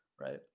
right